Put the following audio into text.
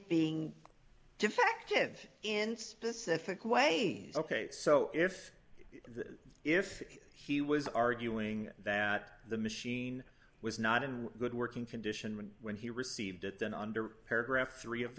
being defective in specific ways ok so if the if he was arguing that the machine was not in good working condition when he received it then under paragraph three of the